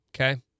okay